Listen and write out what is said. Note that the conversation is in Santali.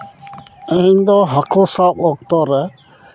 ᱤᱧᱫᱚ ᱦᱟᱹᱠᱩ ᱥᱟᱵ ᱚᱠᱛᱚᱨᱮ